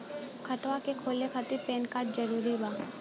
खतवा के खोले खातिर पेन कार्ड जरूरी बा?